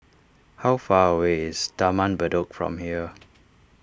how far away is Taman Bedok from here